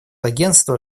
агентства